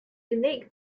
unique